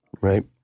right